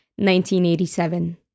1987